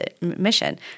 mission